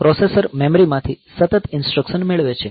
processor memory માંથી સતત instruction મેળવે છે